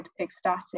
ecstatic